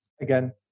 Again